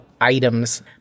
items